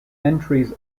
entries